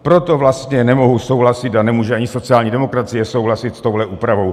Proto vlastně nemohu souhlasit a nemůže ani sociální demokracie souhlasit s touhle úpravou.